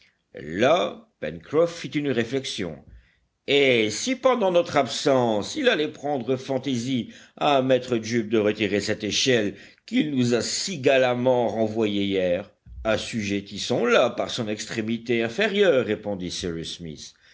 là pencroff fit une réflexion et si pendant notre absence il allait prendre fantaisie à maître jup de retirer cette échelle qu'il nous a si galamment renvoyée hier assujettissons la par son extrémité inférieure répondit cyrus smith